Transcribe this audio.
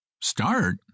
Start